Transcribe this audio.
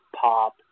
pop